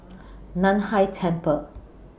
NAN Hai Temple